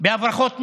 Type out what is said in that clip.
בהברחות נשק,